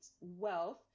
wealth